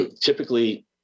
typically